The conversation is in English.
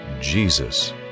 Jesus